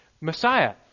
Messiah